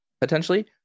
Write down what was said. potentially